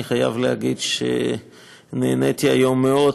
אני חייב להגיד שנהניתי היום מאוד,